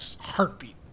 heartbeat